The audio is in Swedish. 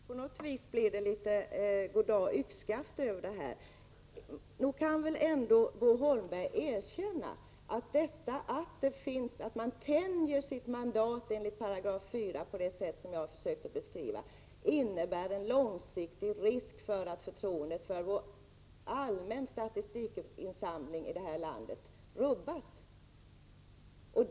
Herr talman! Jag tycker att det på något vis blir goddag-yxskaft av detta. Nog kan väl ändå Bo Holmberg erkänna att det förhållandet att man tänjer sitt mandat enligt 4 § på det sätt som jag har försökt beskriva, på lång sikt innebär en risk för att förtroendet för allmän statistikinsamling i landet rubbas.